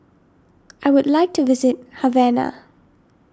I would like to visit Havana